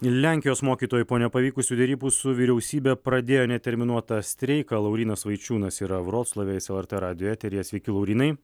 lenkijos mokytojai po nepavykusių derybų su vyriausybe pradėjo neterminuotą streiką laurynas vaičiūnas yra vroclave jis lrt radijo eteryje sveiki laurynai